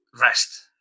rest